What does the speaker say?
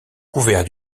couvert